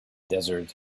desert